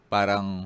Parang